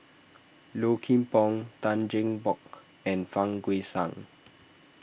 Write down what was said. Low Kim Pong Tan Cheng Bock and Fang Guixiang